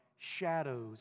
shadows